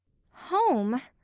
home!